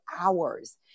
hours